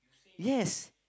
yes